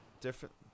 Different